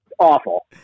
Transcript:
Awful